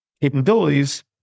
capabilities